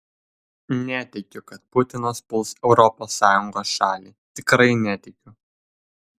netikiu kad putinas puls europos sąjungos šalį tikrai netikiu